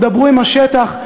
תדברו עם השטח,